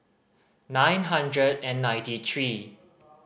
nine hundred and ninety three